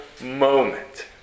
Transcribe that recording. moment